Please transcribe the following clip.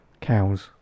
cows